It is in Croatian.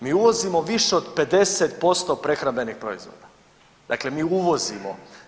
Mi uvozimo više od 50% prehrambenih proizvoda, dakle mi uvozimo.